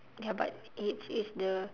ya but it's it's the